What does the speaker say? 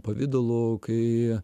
pavidalu kai